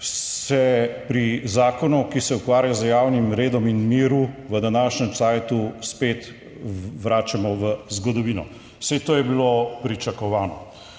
se pri zakonu, ki se ukvarja z javnim redom in miru v današnjem cajtu spet vračamo v zgodovino. Saj to je bilo pričakovano.